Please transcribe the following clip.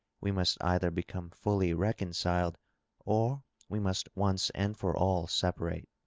we must either become fully reconciled or we must once and for all separate.